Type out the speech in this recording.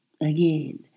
again